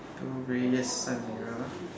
two grey yes side mirror